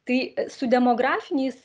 tai su demografiniais